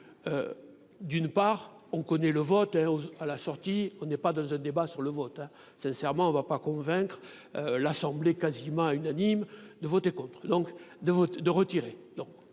d'une part, on connaît le vote à la sortie, on n'est pas dans un débat sur le vote, sincèrement, on ne va pas convaincre l'Assemblée quasiment unanime de voter contre, donc de